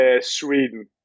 Sweden